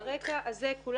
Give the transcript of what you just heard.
כולנו.